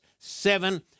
seven